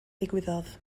ddigwyddodd